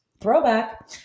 throwback